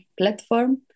platform